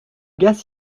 gars